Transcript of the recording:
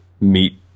meet